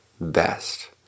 best